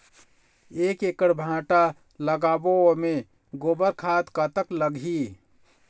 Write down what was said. एक एकड़ भांटा लगाबो ओमे गोबर खाद कतक लगही?